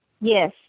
Yes